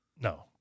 No